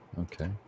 Okay